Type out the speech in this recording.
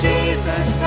Jesus